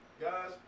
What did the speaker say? Guys